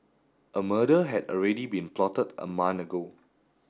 a murder had already been plotted a month ago